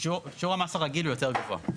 שיעור המס הרגיל הוא יותר גבוה.